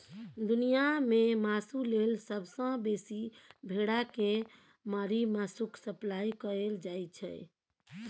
दुनियाँ मे मासु लेल सबसँ बेसी भेड़ा केँ मारि मासुक सप्लाई कएल जाइ छै